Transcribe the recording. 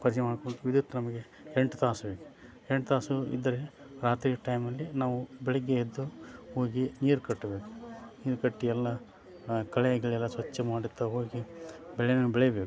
ಪರೀಕ್ಷೆ ಮಾಡಿಕೊಂಡು ವಿದ್ಯುತ್ ನಮಗೆ ಎಂಟು ತಾಸು ಬೇಕು ಎಂಟು ತಾಸು ಇದ್ದರೆ ರಾತ್ರಿ ಟೈಮಲ್ಲಿ ನಾವು ಬೆಳಗ್ಗೆ ಎದ್ದು ಹೋಗಿ ನೀರು ಕಟ್ಟಬೇಕು ನೀರು ಕಟ್ಟಿ ಎಲ್ಲ ಕಳೆಗಳೆಲ್ಲ ಸ್ವಚ್ಛ ಮಾಡುತ್ತಾ ಹೋಗಿ ಬೆಳೇನ ಬೆಳಿಬೇಕು